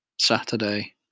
Saturday